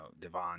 Devon